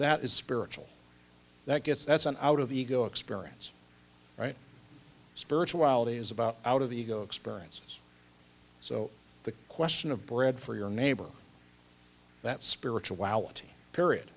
that is spiritual that gets that's an out of ego experience right spirituality is about out of the ego experiences so the question of bread for your neighbor that spirituality period